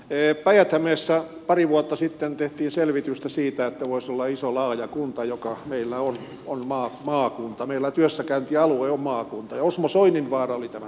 päijät hämeessä pari vuotta sitten tehtiin selvitystä siitä että voisi olla iso laaja kunta joka meillä on maakunta meillä työssäkäyntialue on maakunta ja osmo soininvaara oli tämä selvittäjä